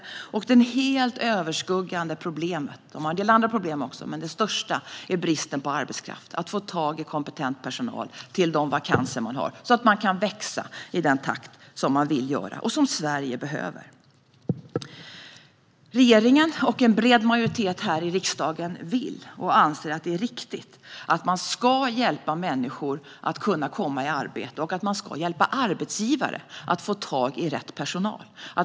Det helt överskuggande och största problemet - de har en del andra problem också - är bristen på arbetskraft och att få tag på kompetent personal till de vakanser de har så att de kan växa i den takt de vill och som Sverige behöver. Regeringen och en bred majoritet här i riksdagen vill och anser att man ska hjälpa människor att komma i arbete och att man ska hjälpa arbetsgivare att få tag på rätt personal.